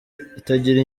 itagira